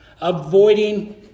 avoiding